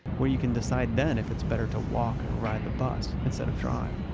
where you can decide then if it's better to walk or ride the bus instead of drive.